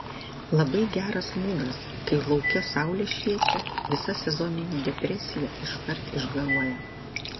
labai geras mūdas kai lauke saulė šviečia visa sezoninė depresija iškart išgaruoja